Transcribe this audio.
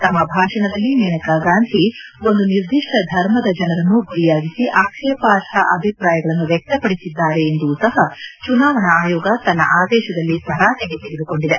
ತಮ್ಮ ಭಾಷಣದಲ್ಲಿ ಮೇನಕಾ ಗಾಂಧಿ ಒಂದು ನಿರ್ದಿಷ್ಟ ಧರ್ಮದ ಜನರನ್ನು ಗುರಿಯಾಗಿಸಿ ಆಕ್ಷೇಪಾರ್ಹ ಅಭಿಪ್ರಾಯಗಳನ್ನು ವ್ಯಕ್ತಪಡಿಸಿದ್ದಾರೆ ಎಂದೂ ಸಹ ಚುನಾವಣಾ ಆಯೋಗ ತನ್ನ ಆದೇಶದಲ್ಲಿ ತರಾಟೆಗೆ ತೆಗೆದುಕೊಂಡಿದೆ